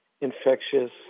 infectious